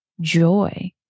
joy